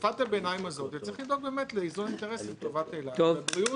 בתקופת הביניים הזאת צריך לדאוג לאיזון אינטרסים לטובת אילת בבריאות,